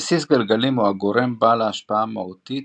בסיס הגלגלים הוא גורם בעל השפעה מהותית